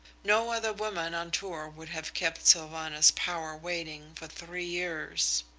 no other woman on tour would have kept sylvanus power waiting for three years.